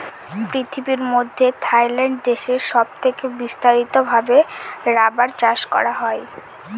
পৃথিবীর মধ্যে থাইল্যান্ড দেশে সব থেকে বিস্তারিত ভাবে রাবার চাষ করা হয়